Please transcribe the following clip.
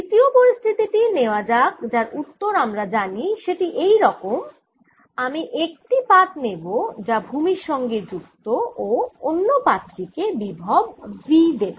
দ্বিতীয় পরিস্থিতি টি নেওয়া যাক যার উত্তর আমার জানা সেটি এই রকম হয় আমি একটি পাত নেব যা ভুমির সঙ্গে যুক্ত ও অন্য পাত টি কে বিভব V দেব